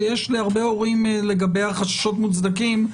שיש להרבה הורים לגביה חששות מוצדקים,